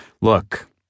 Look